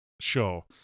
show